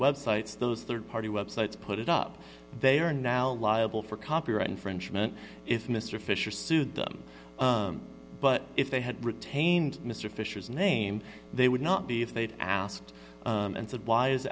websites those rd party websites put it up they are now liable for copyright infringement if mr fisher sued them but if they had retained mr fisher's name they would not be if they'd asked and said why is